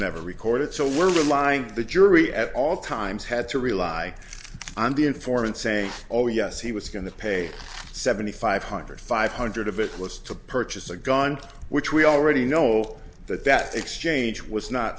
never recorded so we're relying on the jury at all times had to rely on the informant saying oh yes he was going to pay seventy five hundred five hundred of it was to purchase a gun which we already know that that exchange was not